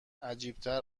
عجیبتر